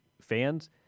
fans